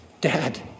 Dad